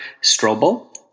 Strobel